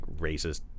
racist